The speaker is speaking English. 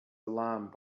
alarmed